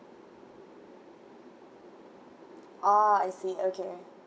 oh I see okay